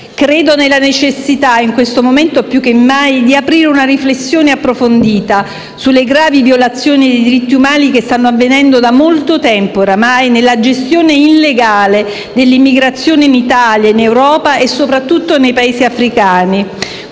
Credo nella necessità, in questo momento più che mai, di aprire una riflessione approfondita sulle gravi violazioni dei diritti umani che stanno avvenendo da molto tempo ormai nella gestione illegale dell'immigrazione in Italia, in Europa e soprattutto nei Paesi dell'Africa,